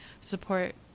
support